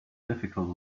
difficult